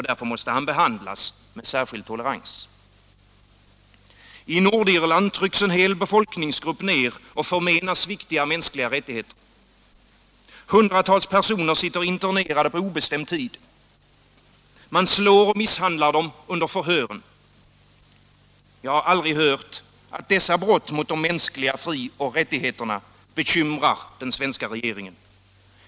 Därför måste han behandlas med särskild tolerans. I Nordirland trycks en hel befolkningsgrupp ner och förmenas viktiga mänskliga rättigheter. Hundratals personer sitter internerade på obestämd tid. Man slår och misshandlar dem under förhören. Jag har aldrig hört att dessa brott mot de mänskliga frioch rättigheterna bekymrar den svenska regeringen.